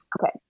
Okay